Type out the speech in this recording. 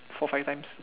four five times